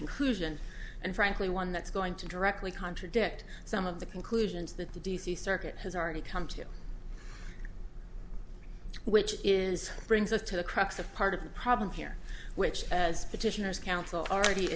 conclusion and frankly one that's going to directly contradict some of the conclusions that the d c circuit has already come to which is brings us to the crux of part of the problem here which as petitioners counsel already